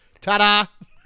Ta-da